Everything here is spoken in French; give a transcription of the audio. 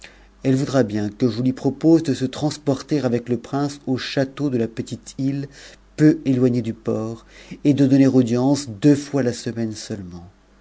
elle voudra bien que je lui propose de se transporter avec le prince au château de la petite île peu éloignée du port et de donner audience deux fois la semaine seulement